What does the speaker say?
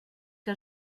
que